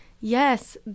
Yes